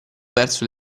verso